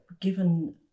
given